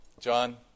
John